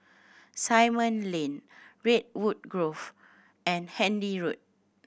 Simon Lane Redwood Grove and Handy Road